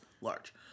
large